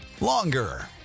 longer